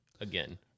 again